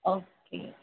okay